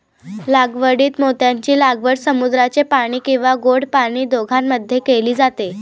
लागवडीत मोत्यांची लागवड समुद्राचे पाणी किंवा गोड पाणी दोघांमध्ये केली जाते